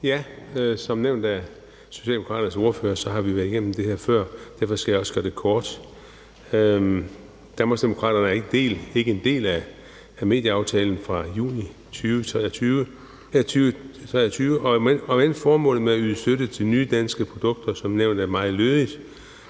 Som nævnt af Socialdemokraternes ordfører, har vi været igennem det her før, og derfor skal jeg også gøre det kort. Danmarksdemokraterne er ikke en del af medieaftalen fra juni 2023, om end formålet med at yde støtte til nye danske produkter som nævnt er meget lødigt.